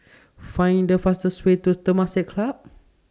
Find The fastest Way to Temasek Club